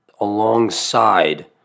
alongside